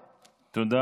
מהטופ,